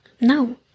No